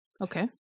Okay